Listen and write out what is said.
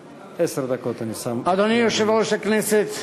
אדוני יושב-ראש הכנסת,